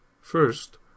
First